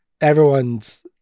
everyone's